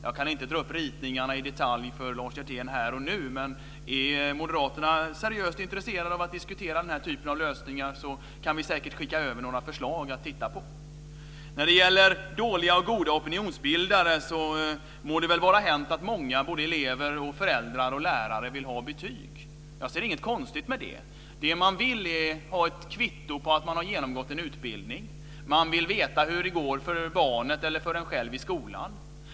Jag kan inte dra upp ritningarna i detalj för Lars Hjertén här och nu, men om moderaterna är seriöst intresserade av att diskutera den här typen av lösningar, kan vi säkert skicka över några förslag att titta på. När det gäller oss som goda eller dåliga opinionsbildare må det väl vara hänt att många, såväl elever som föräldrar och lärare, vill ha betyg. Jag ser inget konstigt i det. Det som man vill få är ett kvitto på att man har genomgått en utbildning. Man vill veta hur det går för barnet eller för en själv i skolan.